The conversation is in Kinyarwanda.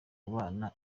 bana